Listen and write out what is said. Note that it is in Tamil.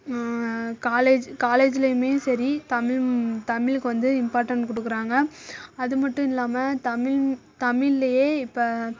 காலேஜ் காலேஜ்லையுமே சரி தமிழ் தமிழுக்கு வந்து இம்பார்டன்ட் கொடுக்குறாங்க அதுமட்டும் இல்லாமல் தமிழ் தமிழ்லையே இப்போ